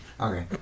Okay